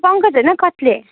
पङ्कज होइन कत्ले